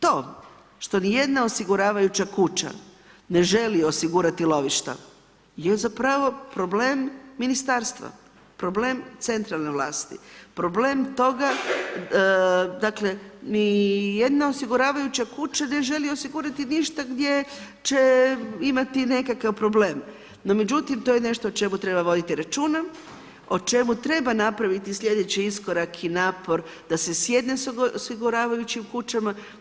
To što ni jedna osiguravajuća kuća ne želi osigurati lovišta, je zapravo problem Ministarstva, problem centralne vlasti, problem toga dakle, ni jedna osiguravajuća kuća ne želi osigurati ništa gdje će imati nekakav problem, no međutim, to je nešto o čemu treba voditi računa, o čemu treba napraviti sljedeći iskorak i napor da se sjedne s osiguravajućim kućama.